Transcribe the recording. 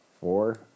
Four